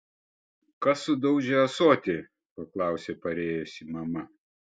kas sudaužė ąsotį paklausė parėjusi mama